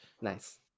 nice